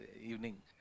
evening